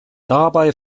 dabei